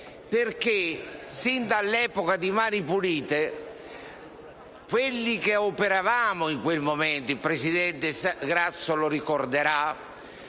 voce. Sin dall'epoca di Mani pulite, noi che operavamo in quel momento - il presidente Grasso lo ricorderà